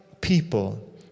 people